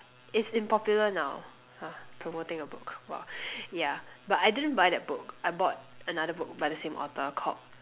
its in popular now !huh! promoting a book !wah! ya but I didn't buy that book I bought another book by the same author called